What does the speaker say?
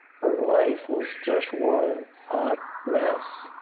her life was just one hot mess.